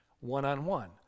one-on-one